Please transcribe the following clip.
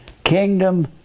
Kingdom